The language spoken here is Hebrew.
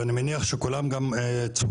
ואני מניח שכולם גם צופים.